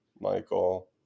Michael